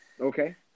Okay